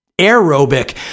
aerobic